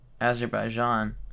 Azerbaijan